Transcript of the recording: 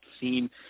seen